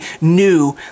new